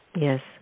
yes